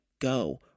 go